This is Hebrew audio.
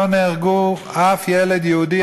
לא נהרג אף ילד יהודי,